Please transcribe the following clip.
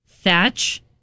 Thatch